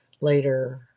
later